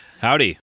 Howdy